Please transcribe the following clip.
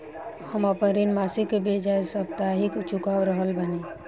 हम आपन ऋण मासिक के बजाय साप्ताहिक चुका रहल बानी